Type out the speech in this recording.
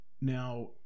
Now